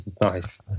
Nice